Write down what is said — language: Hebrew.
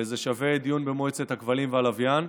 וזה שווה דיון במועצת הכבלים והלוויין.